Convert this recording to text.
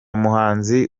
muhanzi